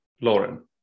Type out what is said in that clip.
Lauren